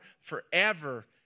forever